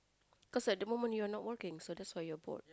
cause at the moment you're not working so that's why you're bored